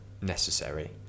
necessary